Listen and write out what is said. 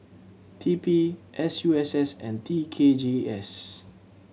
T P S U S S and T K G S